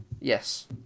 yes